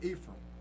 Ephraim